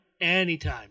anytime